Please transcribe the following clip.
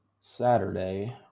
Saturday